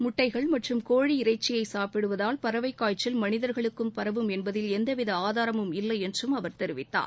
முட்டைகள் மற்றும் கோழி இறைச்சியை சாப்பிடுவதால் பறவைக் காய்ச்சல் மனிதர்களுக்கும் பரவும் என்பதில் எந்தவித ஆதாரமும் இல்லை என்றும் அவர் தெரிவித்தார்